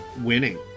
winning